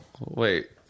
wait